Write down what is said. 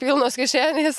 pilnos kišenės